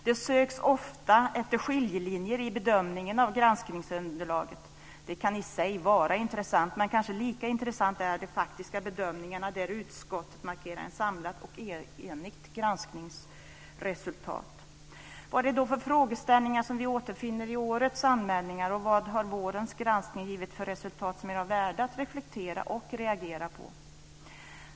Det söks ofta efter skiljelinjer i bedömningen av granskningsunderlaget. Det kan i sig vara intressant, men kanske lika intressanta är de faktiska bedömningarna där utskottet markerar ett samlat och enigt granskningsresultat. Vad är det då för frågeställningar som vi återfinner i årets anmälningar, och vad har vårens granskning givit för resultat som är värda att reflektera över och reagera på?